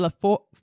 four